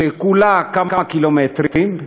שכולה כמה קילומטרים,